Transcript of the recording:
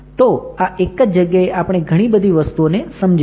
તો આ એક જ જગ્યાએ આપણે ઘણી બધી વસ્તુઓને સમજીશું